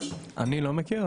אני לא מכיר,